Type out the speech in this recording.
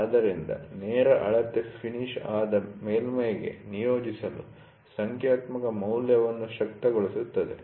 ಆದ್ದರಿಂದ ನೇರ ಅಳತೆ ಫಿನಿಶ್ ಆದ ಮೇಲ್ಮೈ'ಗೆ ನಿಯೋಜಿಸಲು ಸಂಖ್ಯಾತ್ಮಕ ಮೌಲ್ಯವನ್ನು ಶಕ್ತಗೊಳಿಸುತ್ತದೆ